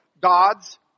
God's